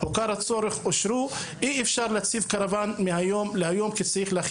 ליצור מרחבים ומעבדות.